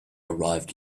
arrived